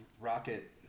rocket